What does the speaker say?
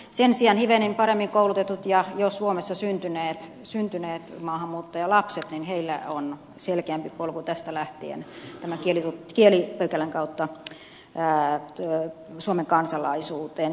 sen sijaan hivenen paremmin koulutetuilla ja jo suomessa syntyneillä maahanmuuttajalapsilla on selkeämpi polku tästä lähtien tämän kielipykälän kautta suomen kansalaisuuteen